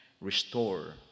restore